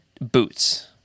boots